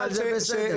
אבל זה בסדר,